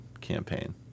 campaign